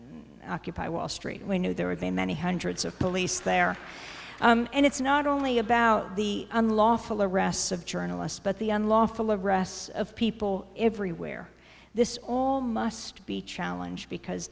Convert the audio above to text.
occupy wall street we knew there would be many hundreds of police there and it's not only about the unlawful arrests of journalists but the unlawful arrests of people everywhere this all must be challenge because